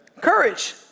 Courage